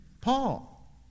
Paul